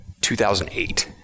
2008